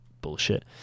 bullshit